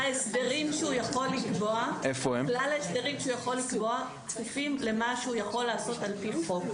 כלל ההסדרים שהוא יכול לקבוע כפופים למה שהוא יכול לעשות על פי חוק.